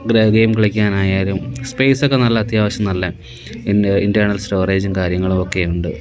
അതായത് ഗെയിം കളിക്കാനായാലും സ്പെയ്സ് ഒക്കെ നല്ല അത്യാവശ്യം നല്ല ഇൻറ്റേൺൽ സ്റ്റോറേജും കാര്യങ്ങളും ഒക്കെ ഉണ്ട്